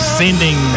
sending